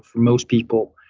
most people,